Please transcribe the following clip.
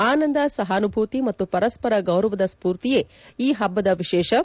ಆನಂದ ಸಹಾನುಭೂತಿ ಮತ್ತು ಪರಸ್ಪರ ಗೌರವದ ಸ್ಪೂರ್ತಿಯೇ ಈ ಪಬ್ಲದ ವಿಶೇಷವಾಗಿದೆ